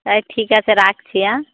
তাহলে ঠিক আছে রাখছি অ্যাঁ